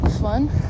fun